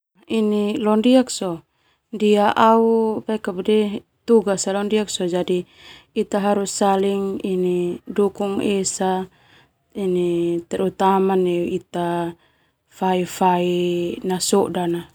Leo ndia so ndia au tugas sa leo ndia jadi ita esa harus dukung esa terutama neu ita fai nasoda na.